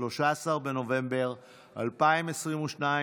13 בנובמבר 2022,